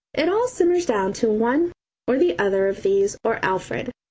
it all simmers down to one or the other of these or alfred.